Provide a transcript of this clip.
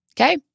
okay